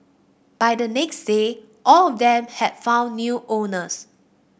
by the next day all of them had found new owners